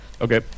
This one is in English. Okay